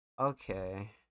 okay